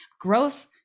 Growth